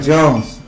Jones